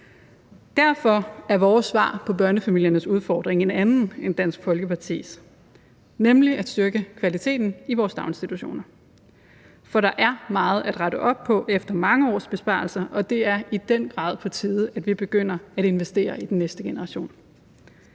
Derfor er vores svar på børnefamiliernes udfordringer et andet end Dansk Folkepartis, nemlig at styrke kvaliteten i vores daginstitutioner, for der er meget at rette op på efter mange års besparelser, og det er i den grad på tide, at vi begynder at investere i den næste generation.